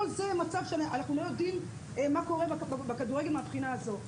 כל זה מצב שאנחנו לא יודעים מה קורה בכדורגל מהבחינה הזאת.